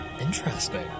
Interesting